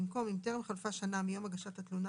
במקום "אם טרם חלפה שנה מיום הגשת התלונה